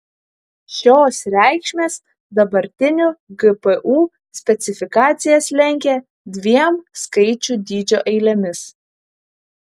šios reikšmės dabartinių gpu specifikacijas lenkia dviem skaičių dydžio eilėmis